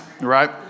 right